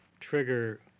trigger